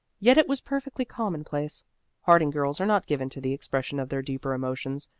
yet it was perfectly commonplace harding girls are not given to the expression of their deeper emotions,